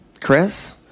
Chris